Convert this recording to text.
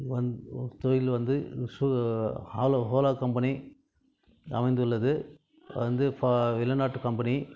தொழில் வந்து ஹாலோ ஹோலா கம்பெனி அமைந்துள்ளது அது வந்து ஃபா வெளிநாட்டுக் கம்பெனி